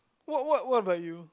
what what what about you